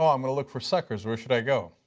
um i'm gonna look for suckers, where should i go?